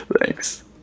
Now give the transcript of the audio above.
Thanks